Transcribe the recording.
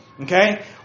Okay